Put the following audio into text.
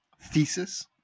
thesis